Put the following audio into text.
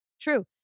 True